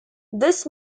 this